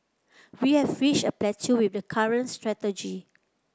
we have reached a plateau with the current strategy